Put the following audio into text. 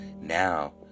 now